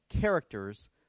characters